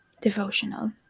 devotional